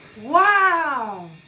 Wow